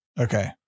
Okay